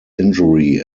injury